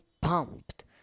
pumped